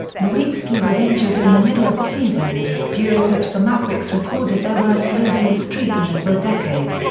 nowitzki was injured in the middle of the season, during which the mavericks recorded their worst losing streak in over a decade.